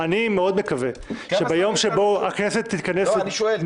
אני מאוד מקווה שביום שבו הכנסת תתכנס --- אני שואל,